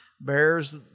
Bears